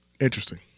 Interesting